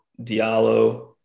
Diallo